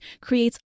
creates